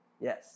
Yes